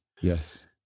Yes